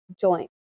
joint